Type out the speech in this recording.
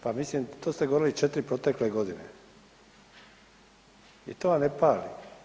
Pa mislim to ste govorili 4. protekle godine i to vam ne pali.